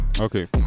okay